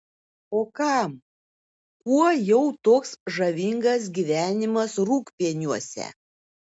o kam kuo jau toks žavingas gyvenimas rūgpieniuose